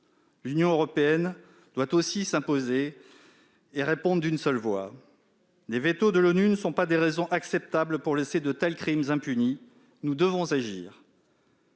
L'Union européenne doit aussi s'imposer et répondre d'une seule voix. Les vétos de l'ONU ne sont pas des raisons acceptables pour laisser de tels crimes impunis ; nous devons agir.